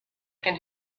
can